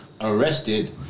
arrested